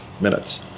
minutes